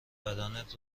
بدنت